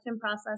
process